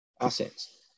assets